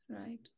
Right